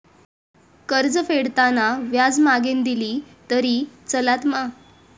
कर्ज फेडताना व्याज मगेन दिला तरी चलात मा?